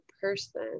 person